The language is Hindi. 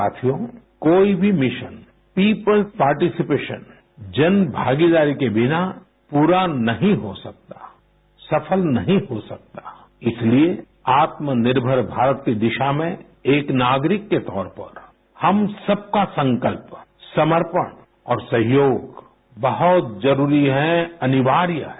साथियो कोई भी मिशन पीपुल्स पार्टिसिपेशन जनमागीदारी के बिना पूरा नहीं हो सकता सफल नहीं हो सकता इसीलिए आत्मनिर्भर भारत की दिशा में एक नागरिक के तौर पर हम सबका संकल्प समर्पण और सहयोग बहुत जरूरी है अनिवार्य है